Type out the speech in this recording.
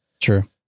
true